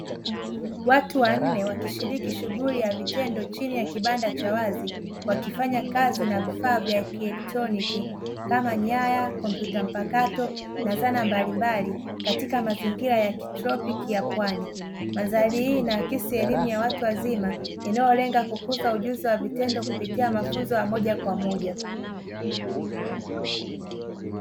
Watu wanne wakishiriki shughuli ya vitendo katika kibanda cha wazi. Wakifanyakazi na vifaa vya kielektroniki kama nyaya, kompyuta mpakato na vifaa mbalimbali katika mazingira ya kitropiki ya pwani. Mandhari hii inaakidi elimu ya watu wazima yandyolenga kukuza ujuzi wa vitendo kupitia mafunzo ya moja kwa moja.